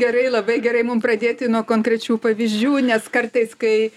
gerai labai gerai mum pradėti nuo konkrečių pavyzdžių nes kartais kai